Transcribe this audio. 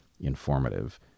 informative